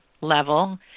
level